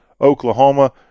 Oklahoma